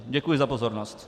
Děkuji za pozornost.